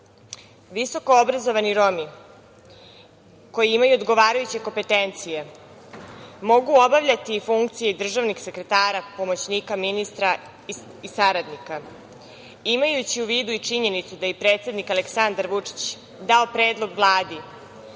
dijalog. Visokoobrazovani Romi koji imaju odgovarajuće kompetencije mogu obavljati i funkcije državnih sekretara, pomoćnika ministara i saradnika. Imajući u vidu činjenicu da je i predsednik Aleksandar Vučić dao predlog Vladi